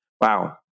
Wow